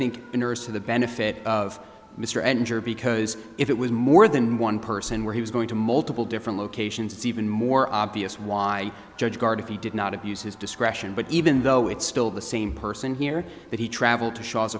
of the benefit of mr and her because if it was more than one person where he was going to multiple different locations even more obvious why judge guard if he did not abuse his discretion but even though it's still the same person here that he traveled to sh